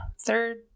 third